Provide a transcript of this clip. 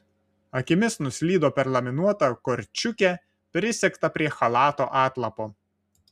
akimis nuslydo per laminuotą korčiukę prisegtą prie chalato atlapo